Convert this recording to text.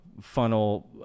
funnel